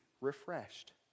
refreshed